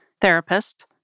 therapist